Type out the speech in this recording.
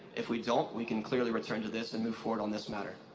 if we don't we can clearly return to this and move forward on this matter.